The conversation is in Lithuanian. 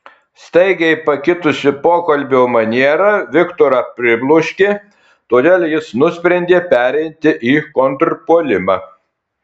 staigiai pakitusi pokalbio maniera viktorą pribloškė todėl jis nusprendė pereiti į kontrpuolimą